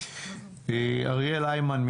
אריאל היימן,